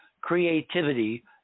creativity